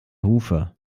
hufe